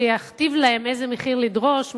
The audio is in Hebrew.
שיכתיב להם איזה מחיר לדרוש,